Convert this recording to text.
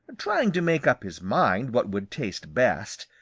trying to make up his mind what would taste best,